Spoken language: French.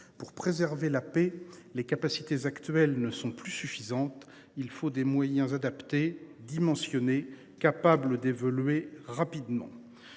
Pour préserver la paix les capacités actuelles ne sont plus suffisantes. Il faut des moyens adaptés dimensionnées capable d'évoluer rapidement.